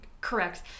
correct